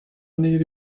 wanneer